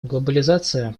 глобализация